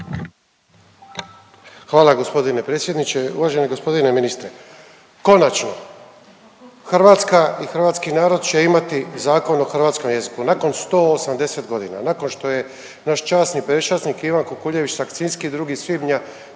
Hvala g. predsjedniče, uvaženi g. ministre. Konačno, Hrvatska i hrvatski narod će imati Zakon o hrvatskom jeziku, nakon 180 godina, nakon što je naš časni i prečasnik Ivan Kukuljević Sakcinski 2. svibnja